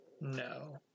No